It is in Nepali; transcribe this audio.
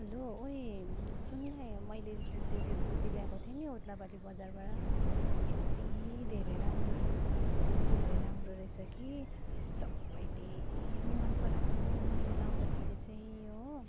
हेलो ओए सुन् न यो मैले जुन चाहिँ त्यो कुर्ती ल्याएको थिएँ नि ओद्लाबारी बजारबाट यत्ति धेरै राम्रो रहेछ यत्ति धेरै राम्रो रहेछ कि सबैले मनपराएको मैले लगाउँदाखेरि चाहिँ हो